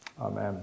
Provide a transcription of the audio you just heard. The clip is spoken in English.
Amen